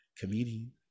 comedian